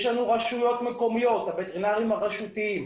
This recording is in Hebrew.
יש לנו את הרשויות המקומיות הווטרינרים הרשותיים.